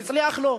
הצליח לו.